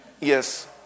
Yes